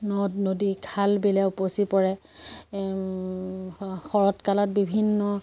নদ নদী খাল বিলেৰে উপচি পৰে শৰৎ কালত বিভিন্ন